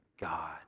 God